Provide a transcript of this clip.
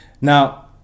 Now